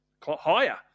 higher